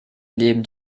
leben